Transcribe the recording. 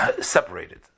separated